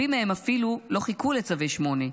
רבים מהם אפילו לא חיכו לצווי 8,